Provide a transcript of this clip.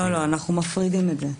לא, אנחנו מפרידים את זה.